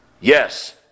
yes